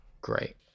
great